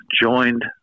joined